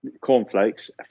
cornflakes